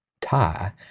tie